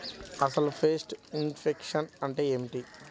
అసలు pest infection అంటే ఏమిటి?